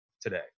today